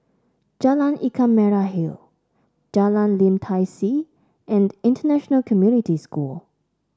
Jalan Ikan Merah Hill Jalan Lim Tai See and International Community School